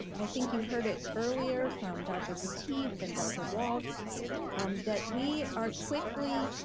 i think you heard it earlier from dr. lateef and dr. walts that we are quickly